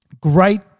great